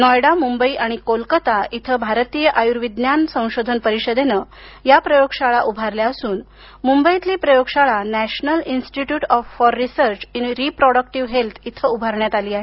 नॉयडा मुंबई आणि कोलकाता इथं भारतीय आयुर्विज्ञान संशोधन परिषदेनं या प्रयोगशाळा उभारल्या असून मुंबईतली प्रयोगशाळा national institute for research in reproductive health इथं उभारण्यात आली आहे